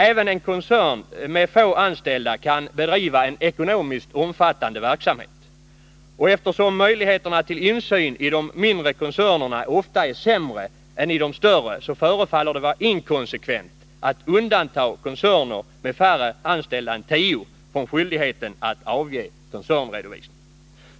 Även en koncern med få anställda kan bedriva en ekonomiskt omfattande verksamhet. Och eftersom möjligheterna till insyn i de mindre koncernerna ofta är sämre än i de större förefaller det vara inkonsekvent att undanta koncerner med färre anställda än tio från skyldigheten att avge koncernredovisning.